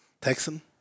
Texan